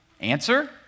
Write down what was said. Answer